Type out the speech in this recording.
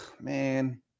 man